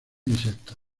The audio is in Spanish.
insectos